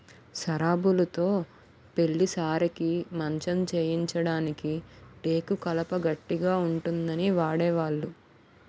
సరాబులుతో పెళ్లి సారెకి మంచం చేయించడానికి టేకు కలప గట్టిగా ఉంటుందని వాడేవాళ్లు